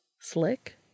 Slick